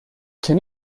can